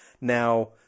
Now